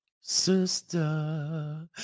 Sister